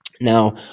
Now